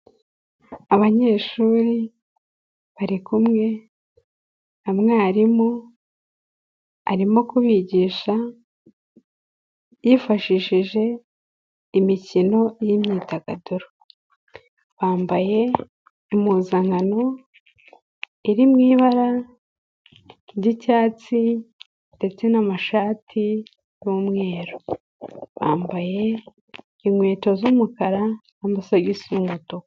Abanyeshuri bari kumwe na mwarimu, arimo kubigisha yifashishije imikino y'imyidagaduro, bambaye impuzankano iri mu ibara ry'icyatsi ndetse n'amashati y'umweru, bambaye inkweto z'umukara n'amasogisi y'umutuku.